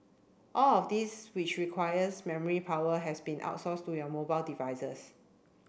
all of these which requires memory power has been outsourced to your mobile devices